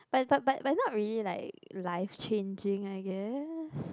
but but but but not really like life changing I guess